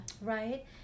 Right